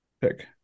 pick